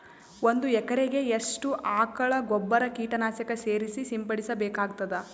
ಒಂದು ಎಕರೆಗೆ ಎಷ್ಟು ಆಕಳ ಗೊಬ್ಬರ ಕೀಟನಾಶಕ ಸೇರಿಸಿ ಸಿಂಪಡಸಬೇಕಾಗತದಾ?